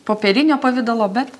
popierinio pavidalo bet